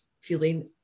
feeling